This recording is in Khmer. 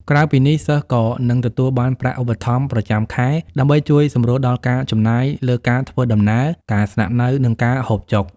ក្រៅពីនេះ សិស្សក៏នឹងទទួលបានប្រាក់ឧបត្ថម្ភប្រចាំខែ ដើម្បីជួយសម្រួលដល់ការចំណាយលើការធ្វើដំណើរ ការស្នាក់នៅ និងការហូបចុក។